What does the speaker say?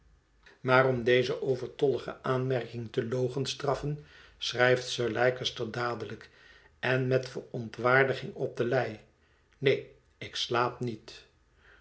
maar om deze overtollige aanmerking te logenstraffen schrijft sir leicester dadelijk en met verontwaardiging op de lei neen ik slaap niet